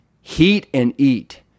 heat-and-eat